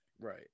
Right